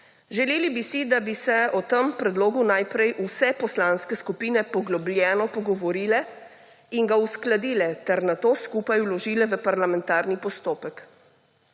Želeli bi si, da bi se o tem predlogu najprej vse poslanske skupine poglobljeno pogovorile in ga uskladile ter nato skupaj vložile v parlamentarni postopek.